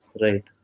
right